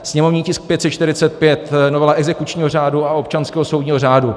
Sněmovní tisk 545 novela exekučního řádu a občanského soudního řádu.